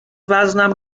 وزنم